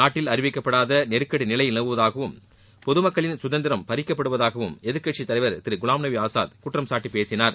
நாட்டில் அறிவிக்கப்படாத நெருக்கடி நிலை நிலவுவதாகவும் பொதுமக்களின் சுதந்திரம் பறிக்கப்படுவதாகவும் எதிர்கட்சித் தலைவர் திரு குலாம்நபி ஆசாத் குற்றம்சாட்டி பேசினார்